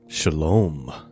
Shalom